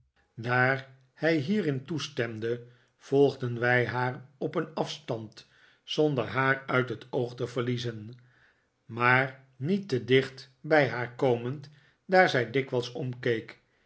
daar hij hierin toestemde volgden wij haar op een afstand zonder haar uit het oog te verliezen maar niet te dicht bij haar komend daar zij dikwijls omkeek